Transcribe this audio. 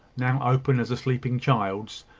now open as a sleeping child's,